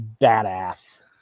badass